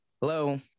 Hello